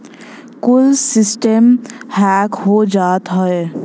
कुल सिस्टमे हैक हो जात हौ